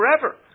forever